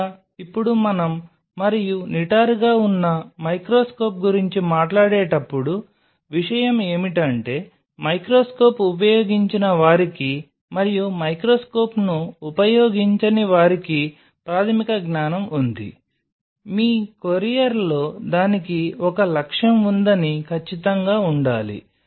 లేదా ఇప్పుడు మనం మరియు నిటారుగా ఉన్న మైక్రోస్కోప్ గురించి మాట్లాడేటప్పుడు విషయం ఏమిటంటే మైక్రోస్కోప్ ఉపయోగించిన వారికి మరియు మైక్రోస్కోప్ని ఉపయోగించిన వారికి ప్రాథమిక జ్ఞానం ఉంది మీ కొరియర్లో దానికి ఒక లక్ష్యం ఉందని ఖచ్చితంగా ఉండాలి